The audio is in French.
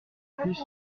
plus